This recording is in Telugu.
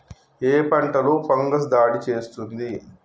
ఏ పంటలో ఫంగస్ దాడి చేస్తుంది?